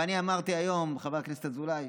אבל אני אמרתי היום, חבר הכנסת אזולאי,